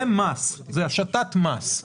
זה מס, זה השתת מס.